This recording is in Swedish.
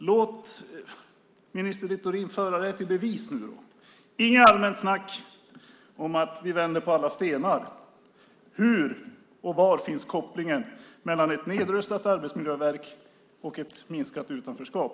Låt minister Littorin föra det till bevis nu, men inget allmänt snack om att ni vänder på alla stenar. Hur och var finns kopplingen mellan ett nedrustat arbetsmiljöverk och ett minskat utanförskap?